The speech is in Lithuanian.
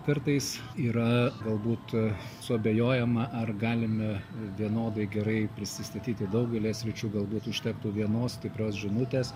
kartais yra galbūt suabejojama ar galime vienodai gerai prisistatyti daugelyje sričių galbūt užtektų vienos stiprios žinutės